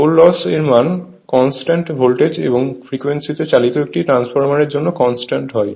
core loss এর মান constant voltage এবং ফ্রিকোয়েন্সিতে চালিত একটি ট্রান্সফরমারের জন্য কনস্ট্যান্ট হয়